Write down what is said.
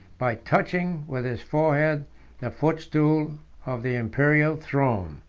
by touching with his forehead the footstool of the imperial throne.